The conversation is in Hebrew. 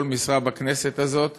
בכל משרה בכנסת הזאת.